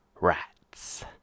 Rats